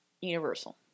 Universal